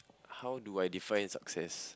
how do I define success